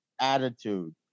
attitude